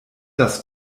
das